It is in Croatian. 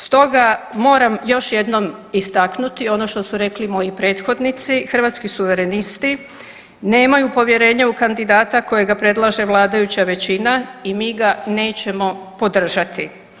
Stoga moram još jednom istaknuti ono što su rekli moji prethodnici, Hrvatski suverenisti nemaju povjerenja u kandidata kojega predlaže vladajuća većina i mi ga nećemo podržati.